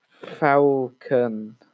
Falcon